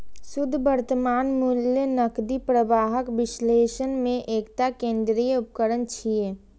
शुद्ध वर्तमान मूल्य नकदी प्रवाहक विश्लेषण मे एकटा केंद्रीय उपकरण छियै